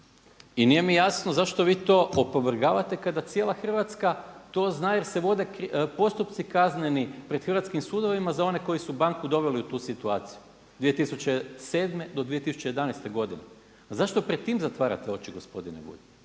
i nije mi jasno zašto vi to opovrgavate kada cijela Hrvatska to zna jer se vode postupci kazneni pred hrvatskim sudovima za one koji su banku doveli u tu situaciju 2007. do 2011. godine. Pa zašto pred tim zatvarate oči gospodine Bulj?